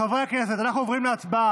חברי הכנסת, אנחנו עוברים להצבעה.